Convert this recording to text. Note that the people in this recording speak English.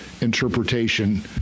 interpretation